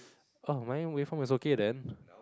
!oh! my waveform is okay then